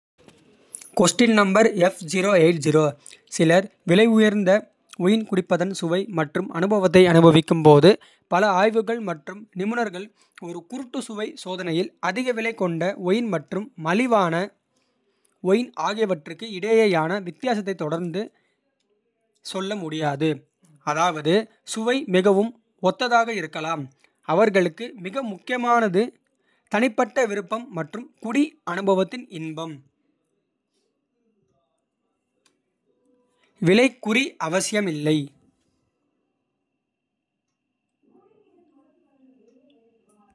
சிலர் விலையுயர்ந்த ஒயின் குடிப்பதன் சுவை மற்றும். அனுபவத்தை அனுபவிக்கும் போது. ​​​​பல ஆய்வுகள் மற்றும் நிபுணர்கள் ஒரு குருட்டு. சுவை சோதனையில் அதிக விலை கொண்ட ஒயின் மற்றும். மலிவான ஒயின் ஆகியவற்றுக்கு இடையேயான. வித்தியாசத்தை தொடர்ந்து சொல்ல முடியாது. அதாவது சுவை மிகவும் ஒத்ததாக இருக்கலாம். அவர்களுக்கு; மிக முக்கியமானது தனிப்பட்ட விருப்பம். மற்றும் குடி அனுபவத்தின் இன்பம் விலைக் குறி அவசியமில்லை.